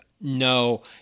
no